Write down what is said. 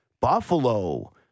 Buffalo